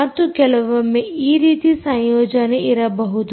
ಮತ್ತು ಕೆಲವೊಮ್ಮೆ ಈ ರೀತಿ ಸಂಯೋಜನೆ ಸಹ ಇರಬಹುದು